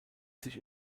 sich